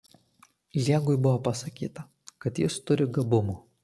liegui buvo pasakyta kad jis turi gabumų